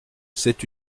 c’est